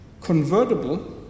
convertible